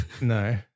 No